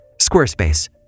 Squarespace